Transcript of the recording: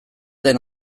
den